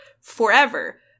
forever